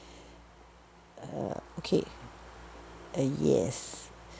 uh okay uh yes